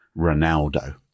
Ronaldo